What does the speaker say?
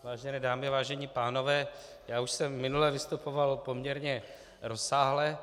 Vážené dámy, vážení pánové, já už jsem minule vystupoval poměrně rozsáhle.